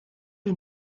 ein